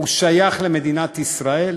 היא שייכת למדינת ישראל,